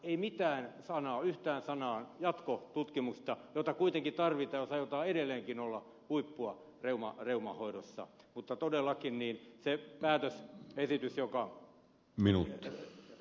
ei yhtään sanaa jatkotutkimuksesta jota kuitenkin tarvitaan jos aiotaan edelleenkin olla huippua reuman hoidossa mutta todellakin se päätösesitys joka ed